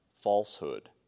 falsehood